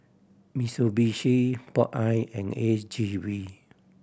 Mitsubishi Popeye and A G V